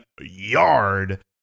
yard